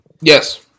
Yes